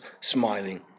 smiling